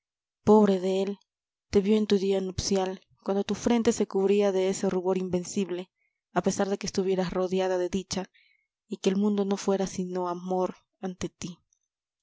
pobre de él te vio en tu día nupcial cuando tu frente se cubría de ese rubor invencible a pesar de que estuvieras rodeada de dicha y que el mundo no fuera sino amor ante ti